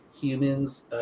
humans